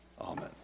Amen